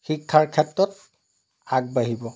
শিক্ষাৰ ক্ষেত্ৰত আগবাঢ়িব